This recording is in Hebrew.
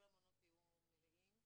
גם כשכל המעונות יהיו מלאים,